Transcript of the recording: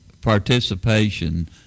participation